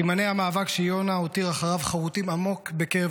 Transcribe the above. סימני המאבק שיונה הותיר אחריו חרותים עמוק בקרב